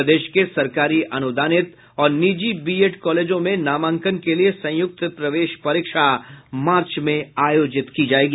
प्रदेश के सरकारी अनुदानित और निजी बीएड कॉलेजों में नामांकन के लिए संयुक्त प्रवेश परीक्षा मार्च में आयोजित की जायेगी